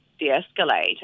De-escalate